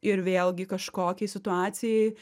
ir vėlgi kažkokiai situacijai